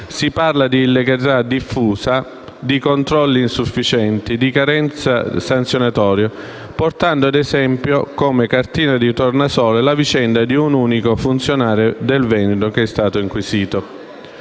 Si parla di illegalità diffusa, di controlli insufficienti, di carenza sanzionatoria, portando - ad esempio - come cartina di tornasole, la vicenda di un unico funzionario del Veneto che è stato inquisito.